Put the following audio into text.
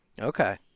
Okay